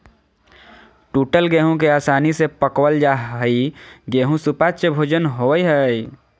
टूटल गेहूं के आसानी से पकवल जा हई गेहू सुपाच्य भोजन होवई हई